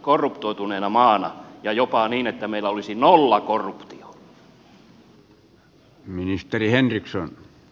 korruptoituneena maana ja jopa niin että meillä olisi nollakorruptio